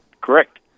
Correct